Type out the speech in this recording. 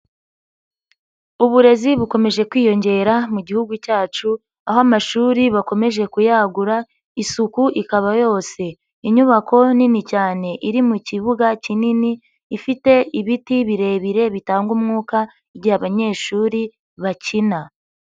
Uburezi bukomeje kwiyongera mu Gihugu cyacu aho amashuri bakomeje kuyagura isuku ikaba yose. Inyubako nini cyane iri mu kibuga kinini ifite ibiti birebire bitanga umwuka igihe abanyeshuri bakina.